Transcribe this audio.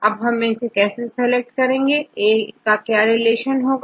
अब हम किसे सीलेक्ट करेंगे A मैं क्या को रिलेशन होगा